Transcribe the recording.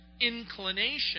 inclination